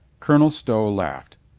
colonel stow laughed.